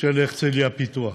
של הרצליה פיתוח.